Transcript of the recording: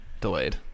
delayed